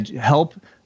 help